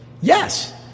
Yes